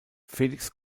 felix